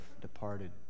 departed